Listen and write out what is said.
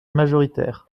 majoritaire